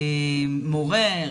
מורה,